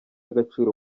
agaciro